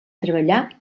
treballar